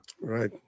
Right